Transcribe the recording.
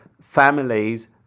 families